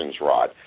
rod